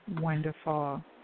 wonderful